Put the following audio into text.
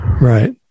Right